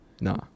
Nah